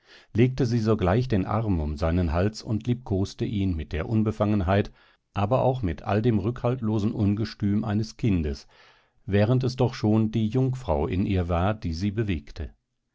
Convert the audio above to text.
legte sie sogleich den arm um seinen hals und liebkoste ihn mit der unbefangenheit aber auch mit all dem rückhaltlosen ungestüm eines kindes während es doch schon die jungfrau in ihr war die sie bewegte